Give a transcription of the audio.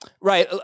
Right